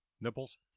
nipples